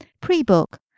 Pre-Book